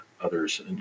others